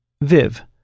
viv